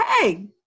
hey